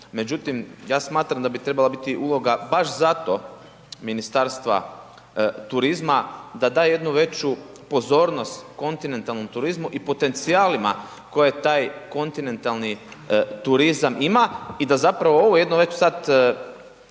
Međutim, ja smatram da bi trebala biti uloga baš zato Ministarstva turizma da da jednu veću pozornost kontinentalnom turizmu i potencijalima koji taj kontinentalni turizam ima i da zapravo ovo jedno već sad, ja